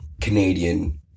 Canadian